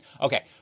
Okay